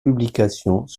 publications